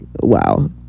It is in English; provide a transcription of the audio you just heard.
Wow